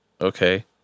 Okay